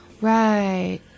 Right